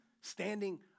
standing